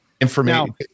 information